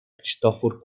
cristòfor